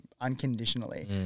unconditionally